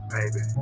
Baby